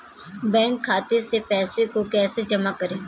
Bank खाते से पैसे को कैसे जमा करें?